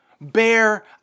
bear